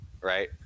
right